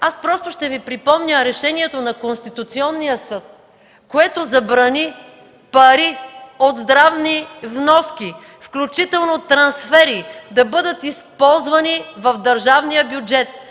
аз ще Ви припомня Решението на Конституционния съд, което забрани пари от здравни вноски, включително трансфери, да бъдат използвани в държавния бюджет